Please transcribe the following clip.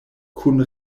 kun